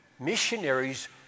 Missionaries